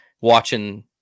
watching